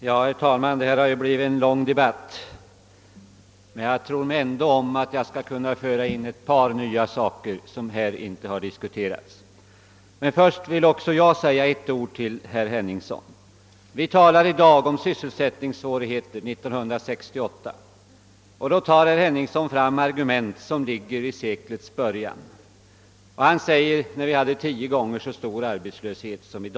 Herr talman! Detta har blivit en lång debatt, men jag tror mig ändå om att kunna tillföra den ett par synpunkter som inte har diskuterats. Först vill jag dock säga några ord till herr Henningsson. Vi talar i dag om sysselsättningssvårigheter år 1968, men herr Henningsson tillgriper argument från seklets början. Han säger att vi då hade en arbetslöshet som var tio gånger så stor som dagens.